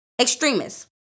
extremists